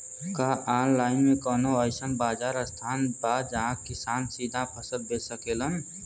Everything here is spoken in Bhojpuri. का आनलाइन मे कौनो अइसन बाजार स्थान बा जहाँ किसान सीधा फसल बेच सकेलन?